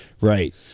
Right